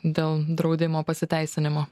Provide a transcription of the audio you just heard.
dėl draudimo pasiteisinimo